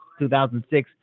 2006